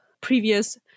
previous